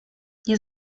nie